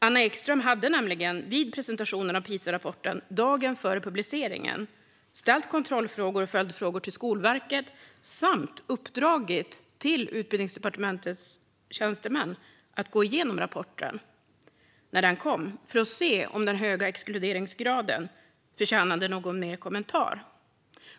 Anna Ekström hade nämligen vid presentationen av Pisarapporten, dagen före publiceringen, ställt kontrollfrågor och följdfrågor till Skolverket samt uppdragit åt Utbildningsdepartementets tjänstemän att gå igenom rapporten när den kom för att se om den höga exkluderingsgraden förtjänade någon mer kommentar.